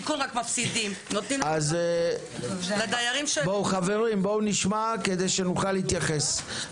אז חברים בוא נשמע כדי שנוכל להתייחס,